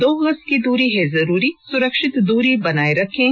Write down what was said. दो गज की दूरी है जरूरी सुरक्षित दूरी बनाए रखें